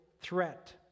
threat